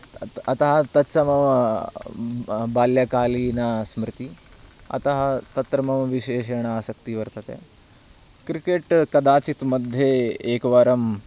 अतः तच्च मम बाल्यकालीनस्मृति अतः तत्र मम विशेषेण आसक्तिः वर्तते क्रिकेट् कदाचित् मध्ये एकवारं